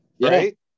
Right